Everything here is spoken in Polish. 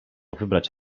wybrać